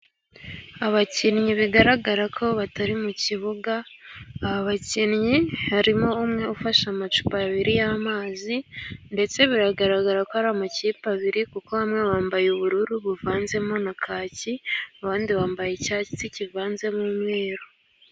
Abakinnyi bigaragara ko batari mu kibuga. Aba bakinnyi harimo umwe ufashe amacupa abiri y'amazi, ndetse biragaragara ko ari amakipe abiri, kuko bamwe bambaye ubururu buvanzemo na kaki, abandi bambaye icyatsi kivanzemo umweru.